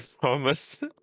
promise